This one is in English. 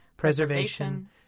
Preservation